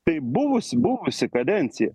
tai buvusi buvusi kadencija